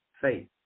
faith